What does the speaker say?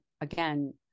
again